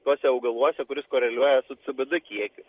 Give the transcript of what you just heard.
tuose augaluose kuris koreliuoja su cbd kiekiu